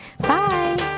Bye